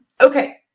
Okay